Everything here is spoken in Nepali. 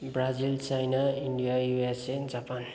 Brazil China India USA Japan